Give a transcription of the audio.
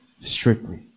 strictly